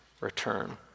return